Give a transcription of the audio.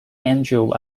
angel